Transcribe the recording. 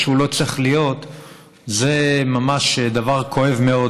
שהוא לא צריך להיות זה ממש דבר כואב מאוד,